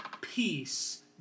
Peace